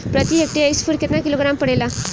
प्रति हेक्टेयर स्फूर केतना किलोग्राम पड़ेला?